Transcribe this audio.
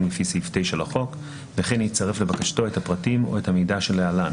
לפי סעיף 9 לחוק וכן יצרף לבקשתו את הפרטים או את המידע שלהלן: